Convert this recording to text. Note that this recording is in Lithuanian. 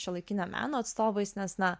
šiuolaikinio meno atstovais nes na